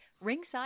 ringside